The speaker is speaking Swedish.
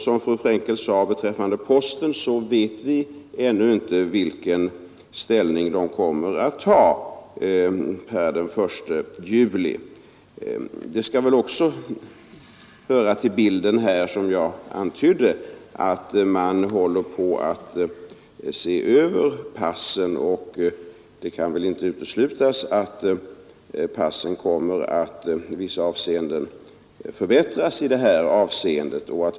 Som fru Frenkel också sade vet vi ännu inte vilken ställning posten kommer att inta per den 1 juli. Som jag antydde hör det till bilden att man håller på att se över passen, och det kan väl då inte uteslutas att passen i vissa avseenden kommer att förbättras.